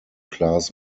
class